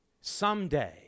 someday